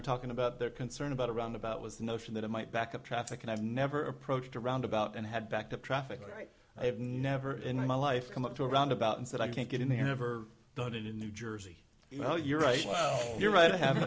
were talking about their concern about a roundabout was the notion that it might back up traffic and i've never approached a roundabout and had backed up traffic right i have never in my life come up to a roundabout and said i can't get in there never done it in new jersey you know you're right you're right i haven't